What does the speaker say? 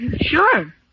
Sure